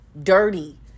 dirty